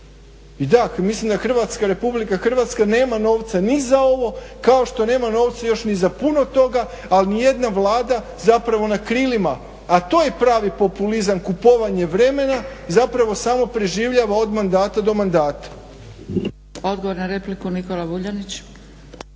I da mislim da RH nema novca ni za ovo kao što nema novca ni za puno toga ali nijedna vlada na krilima, a to je pravi populizam kupovanje vremena zapravo samo preživljava od mandata do mandata. **Zgrebec, Dragica (SDP)** Odgovor na repliku Nikola Vuljanić.